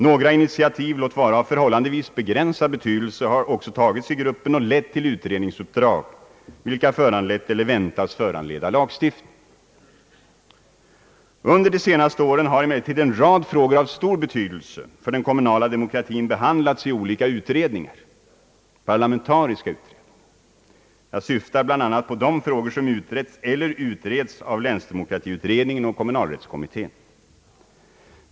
Några initiativ, låt vara av förhållandevis begränsad betydelse, har också tagits i gruppen och lett till utredningsuppdrag vilka föranlett eller väntas föranleda lagstiftning. Under de senaste åren har emellertid en rad frågor av stor betydelse för den kommunala demokratin behandlats i olika parlamentariska utredningar. Jag syftar bl.a. på de frågor som utretts eller utreds av länsdemokratiutredningen och kommunalrättskommittén.